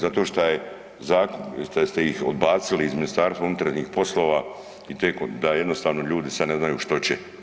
Zato što ste ih odbacili iz Ministarstva unutarnjih poslova, da jednostavno ljudi sad ne znaju što će.